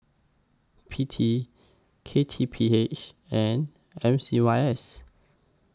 P T K T P H and M C Y S